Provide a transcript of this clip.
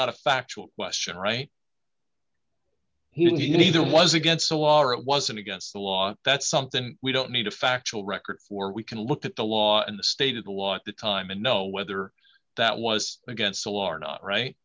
a factual question right he neither was against the law or it wasn't against the law that's something we don't need a factual record for we can look at the law and the state of the law at the time and know whether that was against the law or not right